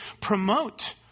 promote